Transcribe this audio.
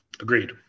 Agreed